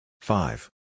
Five